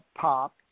pop